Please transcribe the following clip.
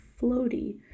floaty